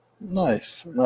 Nice